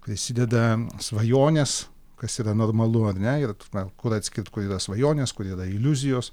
prisideda svajonės kas yra normalu ar ne ir ta prasme kur atskirt kur yra svajonės kur yra iliuzijos